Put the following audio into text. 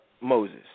Moses